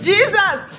Jesus